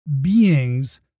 being's